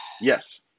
Yes